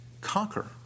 conquer